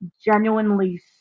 genuinely